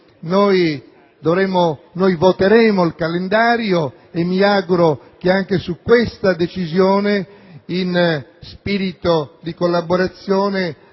a favore del calendario e mi auguro che anche su questa decisione, in spirito di collaborazione,